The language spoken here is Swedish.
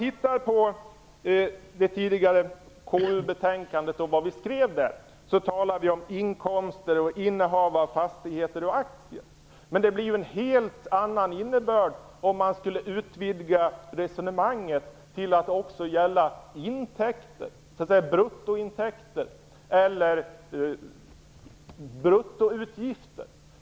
I det tidigare KU-betänkandet talar vi om inkomster och om innehav av fastigheter och aktier. Men innebörden blir en helt annan om resonemanget utvidgas till att också gälla bruttointäkter eller bruttoutgifter.